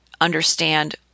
understand